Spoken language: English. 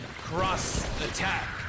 cross-attack